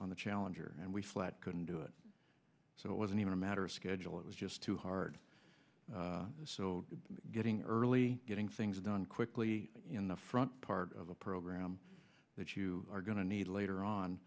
on the challenger and we flat couldn't do it so it wasn't even a matter of schedule it was just too hard so getting early getting things done quickly in the front part of the program that you are going to need later